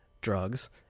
drugs